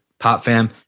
POPFAM